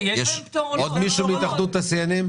לבוא לראות מה אנחנו עושים עם השמנים האלה.